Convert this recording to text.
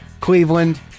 Cleveland